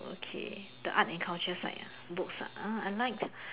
okay the art and culture side uh books ah I like